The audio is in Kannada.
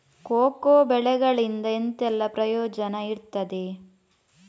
ಕೋಕೋ ಬೆಳೆಗಳಿಂದ ಎಂತೆಲ್ಲ ಪ್ರಯೋಜನ ಇರ್ತದೆ?